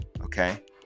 Okay